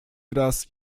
raz